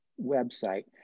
website